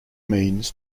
means